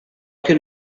can